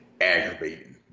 aggravating